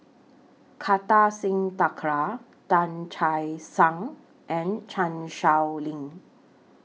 Kartar Singh Thakral Tan Che Sang and Chan Sow Lin